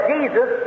Jesus